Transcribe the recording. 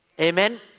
Amen